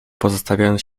pozostawiając